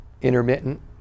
intermittent